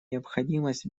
необходимость